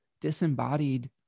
disembodied